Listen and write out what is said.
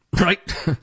right